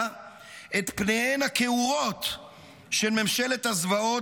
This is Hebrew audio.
את פניהן הכעורות של ממשלת הזוועות